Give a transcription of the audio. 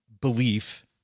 belief